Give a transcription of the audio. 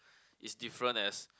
is different as